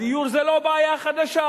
הדיור זה לא בעיה חדשה,